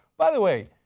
by the way,